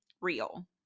real